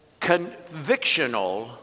Convictional